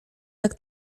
tak